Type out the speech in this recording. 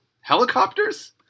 helicopters